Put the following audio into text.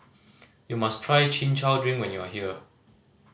you must try Chin Chow drink when you are here